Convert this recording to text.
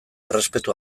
errespetu